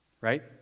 right